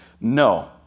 No